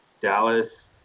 Dallas